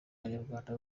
abanyarwanda